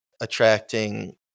attracting